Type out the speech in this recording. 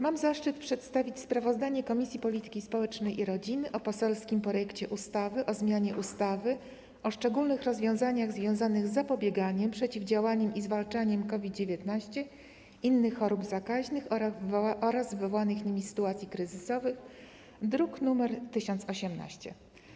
Mam zaszczyt przedstawić sprawozdanie Komisji Polityki Społecznej i Rodziny o poselskim projekcie ustawy o zmianie ustawy o szczególnych rozwiązaniach związanych z zapobieganiem, przeciwdziałaniem i zwalczaniem COVID-19, innych chorób zakaźnych oraz wywołanych nimi sytuacji kryzysowych, druk nr 1018.